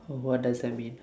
what does that mean